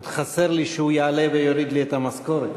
עוד חסר לי שהוא יעלה ויוריד לי את המשכורת.